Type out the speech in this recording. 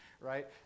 right